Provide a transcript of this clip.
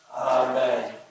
Amen